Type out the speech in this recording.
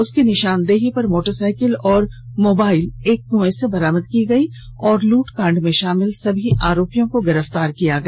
उसकी निशानदेही पर मोटरसाइकिल और मोबाइल एक कुएं से बरामद की गई और लूटकांड में शामिल सभी आरोपियों को गिरफ्तार किया गया